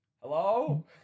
Hello